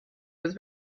was